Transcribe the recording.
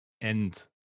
end